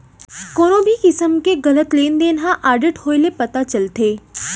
कोनो भी किसम के गलत लेन देन ह आडिट होए ले पता चलथे